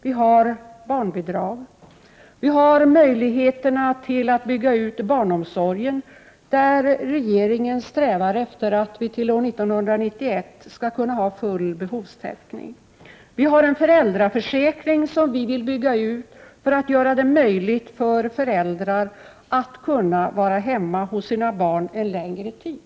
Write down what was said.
Vi har barnbidragen, vi har möjligheten att bygga ut barnomsorgen, där regeringen strävar efter att vi år 1991 skall ha full behovstäckning, vi har en föräldraförsäkring som vi vill bygga ut för att göra det möjligt för föräldrar att vara hemma hos sina barn en längre tid.